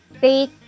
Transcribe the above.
take